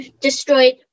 destroyed